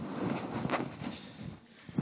חבריי חברי הכנסת,